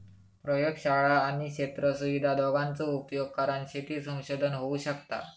प्रयोगशाळा आणि क्षेत्र सुविधा दोघांचो उपयोग करान शेती संशोधन होऊ शकता